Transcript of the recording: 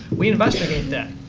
we investigate them.